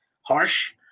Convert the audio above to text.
Harsh